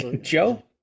joe